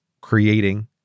creating